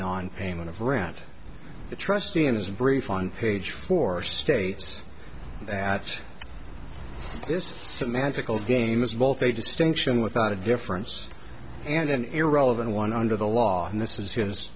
non payment of rent the trustee in his brief on page four states that this magical game is both a distinction without a difference and an irrelevant one under the law and this is his